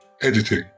Editing